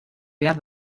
behar